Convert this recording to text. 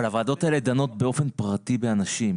הוועדות האלה דנות באופן פרטי באנשים,